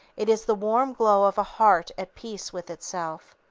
it is the warm glow of a heart at peace with itself.